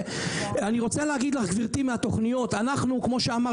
אני רוצה להגיד לך, גברתי מהתוכניות: לא